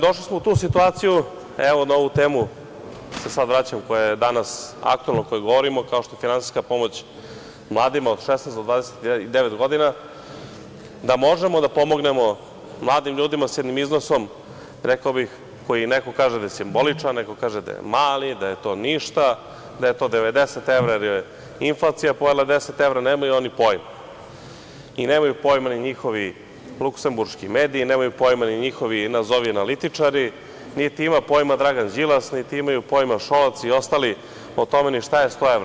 Došli smo u tu situaciju, evo, na ovu temu se sad vraćam, koja je danas aktuelna, o kojoj govorimo, kao što je finansijska pomoć mladima od 16 do 29 godina, da možemo da pomognemo mladim ljudima sa jednim iznosom za koji, rekao bih, neko kaže da je simboličan, neko kaže da je mali, da je to ništa, da je to 90 evra jer je inflacija pojela 10 evra, nemaju oni pojma, niti imaju pojma njihovi luksemburški mediji, niti njihovi nazovi analitičari, niti ima pojma Dragan Đilas, niti imaju pojma Šolaci i ostali o tome ni šta je 100 evra.